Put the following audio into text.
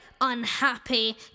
unhappy